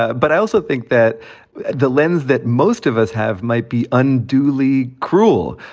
ah but i also think that the lens that most of us have might be unduly cruel.